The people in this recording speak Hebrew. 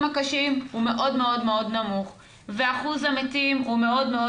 הקשים הוא מאוד מאוד מאוד נמוך ואחוז המתים הוא מאוד מאוד